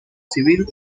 civil